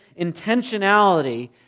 intentionality